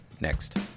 next